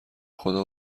خدا